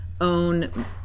own